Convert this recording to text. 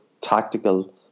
tactical